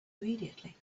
immediately